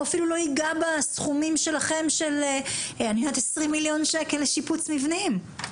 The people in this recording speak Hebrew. הוא אפילו לא ייגע בסכומים שלכם של 20 מיליון שקל לשיפוץ מבנים.